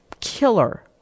killer